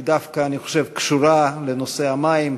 אני חושב שהיא דווקא קשורה לנושא המים.